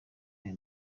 ayo